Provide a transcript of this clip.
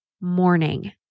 morning